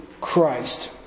Christ